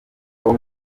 com